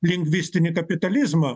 lingvistinį kapitalizmą